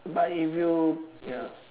but if you ya